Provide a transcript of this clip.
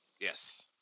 Yes